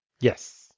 Yes